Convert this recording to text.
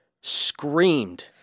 screamed